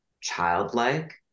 childlike